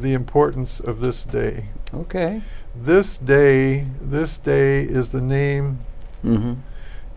the importance of this day ok this day this day is the name